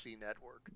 network